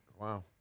Wow